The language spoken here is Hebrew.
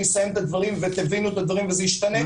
אסיים את הדברים ותבינו אותם וזה ישתנה,